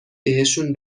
بهشون